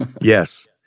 Yes